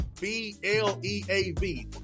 B-L-E-A-V